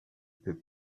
peut